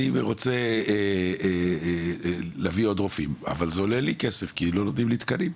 אני רוצה להביא עוד רופאים אבל זה עולה לי כסף כי לא נותנים לי תקנים.